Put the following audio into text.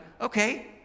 okay